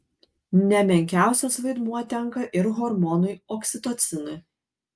ne menkiausias vaidmuo tenka ir hormonui oksitocinui